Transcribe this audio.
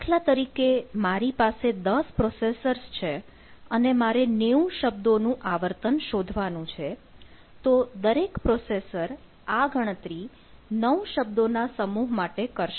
દાખલા તરીકે મારી પાસે 10 પ્રોસેસર્સ છે અને મારે 90 શબ્દો નું આવર્તન શોધવાનું છે તો દરેક પ્રોસેસર આ ગણતરી 9 શબ્દોનાં સમૂહ માટે કરશે